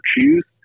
choose